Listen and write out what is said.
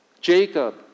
Jacob